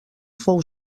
fou